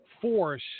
force